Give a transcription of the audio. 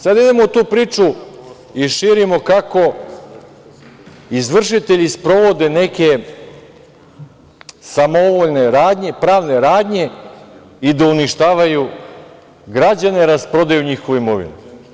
Sad idemo u tu priču i širimo kako izvršitelji sprovode neke samovoljne radnje, pravne radnje i da uništavaju građane, rasprodaju njihovu imovinu.